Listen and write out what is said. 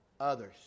others